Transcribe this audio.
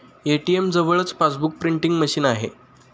ATM जवळच passbook printing machine आहे